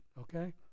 okay